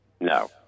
No